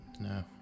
No